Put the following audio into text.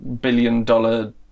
billion-dollar